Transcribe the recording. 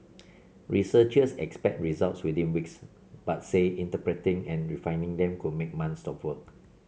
researchers expect results within weeks but say interpreting and refining them could make months of work